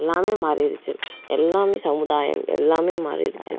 எல்லாம் மாறிடுச்சி எல்லாம் சமுதாயம் எல்லாம் மாறிடுச்சி